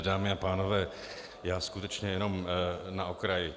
Dámy a pánové, já skutečně jenom na okraj.